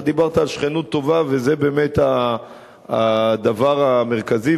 אתה דיברת על שכנות טובה, וזה באמת הדבר המרכזי.